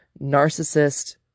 narcissist